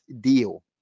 deal